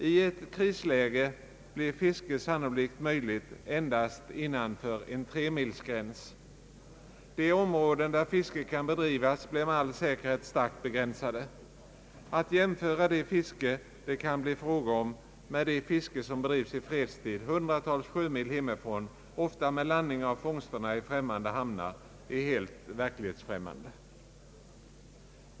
I ett krisläge blir fiske sannolikt möjligt endast innanför en tremilsgräns. De områden där fiske kan bedrivas blir med all säkerhet starkt begränsade. Att jämföra det fiske det då kan bli fråga om med det fiske som bedrivs i fredstid hundratals sjömil hemifrån, ofta med landning av fångsterna i främmande hamnar, är helt verklighetsfrämmande.